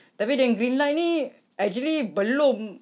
tapi yang green light ini actually belum